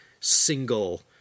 single